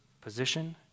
position